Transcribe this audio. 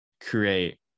create